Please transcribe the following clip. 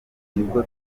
nibwo